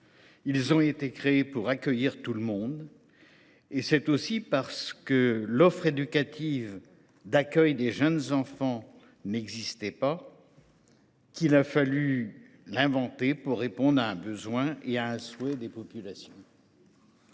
Ils ont été créés pour accueillir tout le monde. C’est aussi parce que l’offre éducative et d’accueil des jeunes enfants n’existait pas qu’il a fallu l’inventer pour répondre au besoin et au souhait des populations.